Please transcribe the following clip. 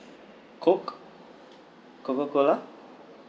coke coca cola